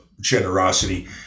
generosity